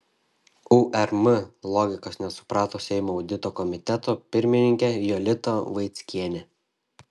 urm logikos nesuprato seimo audito komiteto pirmininkė jolita vaickienė